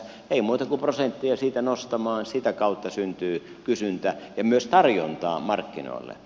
ei muuta kuin prosenttia siitä nostamaan sitä kautta syntyy kysyntä ja myös tarjontaa markkinoille